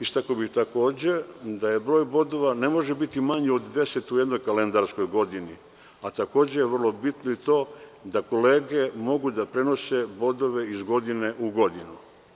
Istakao bih takođe da broj bodova ne može biti manji od deset u jednoj kalendarskoj godini, a takođe je vrlo bitno i to da kolege mogu da prenose bodove iz godine u godinu.